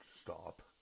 Stop